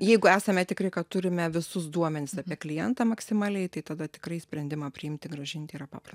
jeigu esame tikri kad turime visus duomenis apie klientą maksimaliai tai tada tikrai sprendimą priimti gražinti yra papra